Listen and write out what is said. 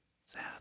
Sad